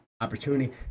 opportunity